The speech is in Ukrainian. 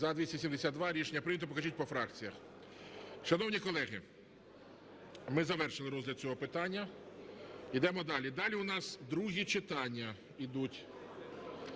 За-272 Рішення прийнято. Покажіть по фракціях. Шановні колеги, ми завершили розгляд цього питання. Йдемо далі. Далі у нас друге читання йде.